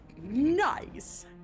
Nice